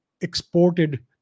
exported